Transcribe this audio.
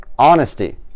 Honesty